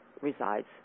resides